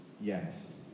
Yes